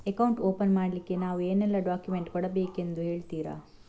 Account open ಮಾಡ್ಲಿಕ್ಕೆ ನಾವು ಏನೆಲ್ಲ ಡಾಕ್ಯುಮೆಂಟ್ ಕೊಡಬೇಕೆಂದು ಹೇಳ್ತಿರಾ?